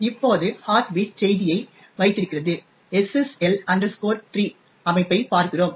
இப்போது heartbeat செய்தியை வைத்திருக்கிறது SSL 3 அமைப்பை பார்க்கிறோம்